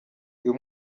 uyu